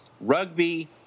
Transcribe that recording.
rugby